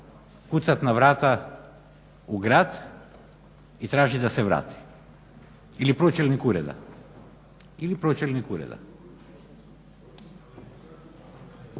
kucati na vrata u grad i tražiti da se vrati? Ili pročelnik ureda? Vjerojatno.